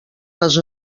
les